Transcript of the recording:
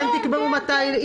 אתם תקבעו מתי,